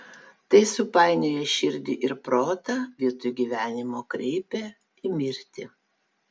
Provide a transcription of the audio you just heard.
tai supainioja širdį ir protą vietoj gyvenimo kreipia į mirtį